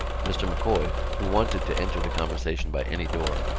mr. m'coy, who wanted to enter the conversation by any door,